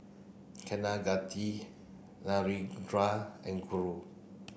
Kaneganti Narendra and Guru